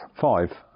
five